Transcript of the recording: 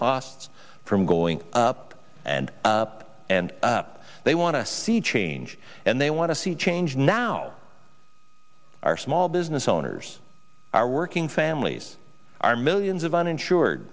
costs from going up and up and up they want to see change and they want to see change now are small business owners are working families are millions of uninsured